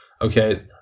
Okay